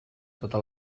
tota